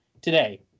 today